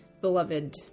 beloved